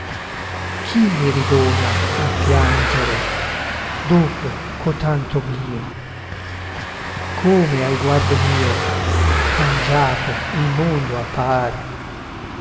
chi mi ridona il piangere dopo cotanto obblio e come al guardo mio cangiato il mondo appar